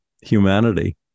humanity